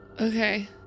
Okay